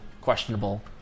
questionable